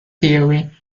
theory